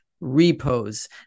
repos